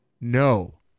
No